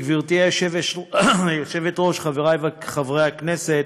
גברתי היושבת-ראש, חברי חברי הכנסת,